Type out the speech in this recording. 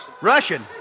Russian